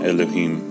Elohim